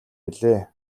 билээ